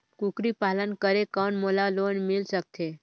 कूकरी पालन करे कौन मोला लोन मिल सकथे?